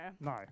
no